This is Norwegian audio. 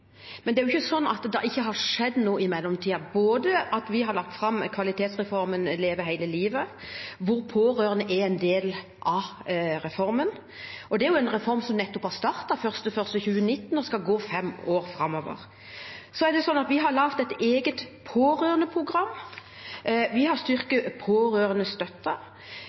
Men det er ikke sånn at det ikke har skjedd noe i mellomtiden. Vi har lagt fram kvalitetsreformen Leve hele livet, hvor pårørende er en del av reformen, og det er jo en reform som nettopp har startet, 1. januar 2019, og som skal gå fem år framover. Vi har laget et eget pårørendeprogram, vi har styrket